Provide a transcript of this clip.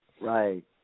Right